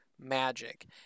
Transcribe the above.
magic